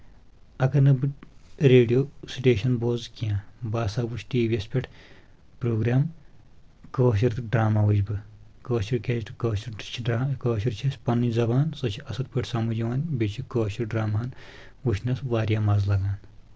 اگر نہٕ بہٕ ریڈیو سٹیشن بوز کینٛہہ بہٕ ہسا وُچھ ٹی وی یَس پؠٹھ پروگرام کٲشُر تہٕ ڈرٛاما وٕچھ بہٕ کٲشُر کیٛازِ کٲشُر چھِ ڈرٛا کٲشُر چھِ اسہِ پنٕنۍ زبان سۄ چھِ اَصٕل پٲٹھۍ سمجھ یِوان بیٚیہِ چھِ کٲشُر ڈرٛامہن وٕچھنس واریاہ مزٕ لگان